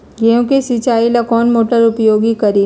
गेंहू के सिंचाई ला कौन मोटर उपयोग करी?